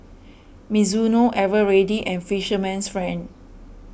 Mizuno Eveready and Fisherman's Friend